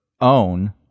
own